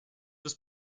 was